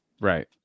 Right